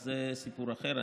אז זה סיפור אחר,